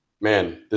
man